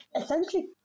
essentially